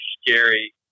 scary